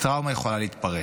הטראומה יכולה להתפרץ,